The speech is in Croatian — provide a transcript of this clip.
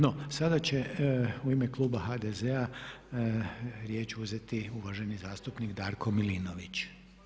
No, sada će u ime kluba HDZ-a riječ uzeti uvaženi zastupnik Darko Milinović.